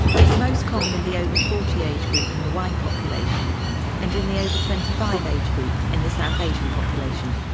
it's most common in the over forty age group in the white population and in the over twenty five age group in the south asian population.